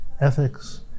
ethics